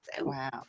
Wow